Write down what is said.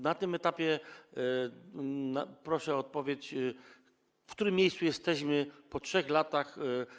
Na tym etapie proszę o odpowiedź, w którym miejscu jesteśmy po 3 latach.